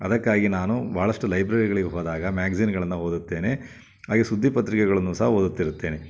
ಅದಕ್ಕಾಗಿ ನಾನು ಭಾಳಷ್ಟು ಲೈಬ್ರರಿಗಳಿಗೆ ಹೋದಾಗ ಮ್ಯಾಗ್ಜಿನ್ಗಳನ್ನು ಓದುತ್ತೇನೆ ಹಾಗೇ ಸುದ್ದಿ ಪತ್ರಿಕೆಗಳನ್ನೂ ಸಹ ಓದುತ್ತಿರುತ್ತೇನೆ